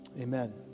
Amen